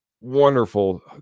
wonderful